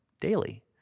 daily